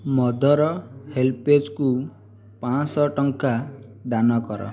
ମଦର ହେଲ୍ପେଜ୍କୁ ପାଁଶହ ଟଙ୍କା ଦାନ କର